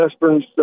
western